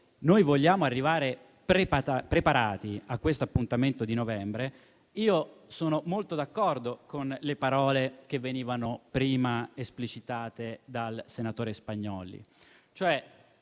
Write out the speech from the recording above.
vogliamo arrivare preparati a questo appuntamento di novembre, sono molto d'accordo con le parole prima esplicitate dal senatore Spagnolli,